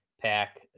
Pack